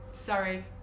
sorry